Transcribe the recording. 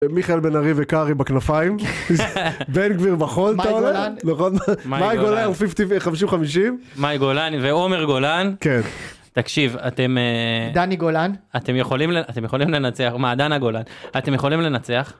מיכאל בן ארי וקארי בכנפיים. בן גביר בחול, אתה עולה? נכון? מאי גולן? מאי גולן פיפטי... חמישים חמישים. מאי גולן ועומר גולן. כן. תקשיב, אתם אה... דני גולן. אתם יכולים לנ... אתם יכולים לנצח, מה, דנה גולן. אתם יכולים לנצח.